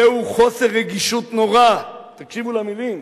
"זהו חוסר רגישות נורא" תקשיבו למלים,